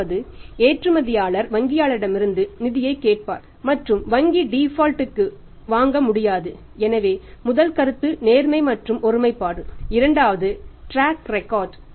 our default